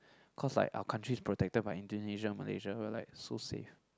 of course like our country is protected by Indonesia and Malaysia it will like so safe